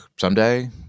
someday